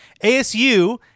ASU